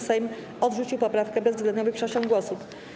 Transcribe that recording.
Sejm odrzucił poprawkę bezwzględną większością głosów.